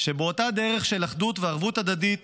שבאותה דרך של אחדות וערבות הדדית